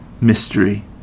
mystery